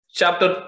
chapter